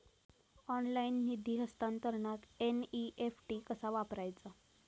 Online निधी हस्तांतरणाक NEFT कसा वापरायचा?